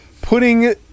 putting